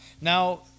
Now